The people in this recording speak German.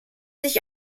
sich